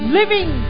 living